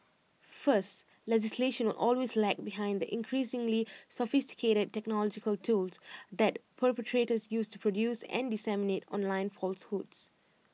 first legislation will always lag behind the increasingly sophisticated technological tools that perpetrators use to produce and disseminate online falsehoods